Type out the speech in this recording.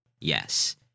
Yes